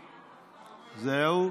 זהו?